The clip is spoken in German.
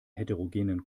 heterogenen